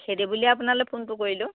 সেই দি বুলিয়ে আৰু আপোনালৈ ফোনটো কৰিলোঁ